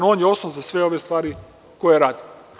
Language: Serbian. On je osnov za sve ove stvari koje radi.